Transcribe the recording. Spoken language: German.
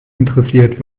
interessiert